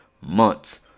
months